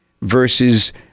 versus